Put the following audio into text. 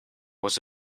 was